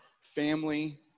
family